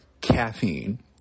Caffeine